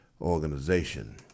organization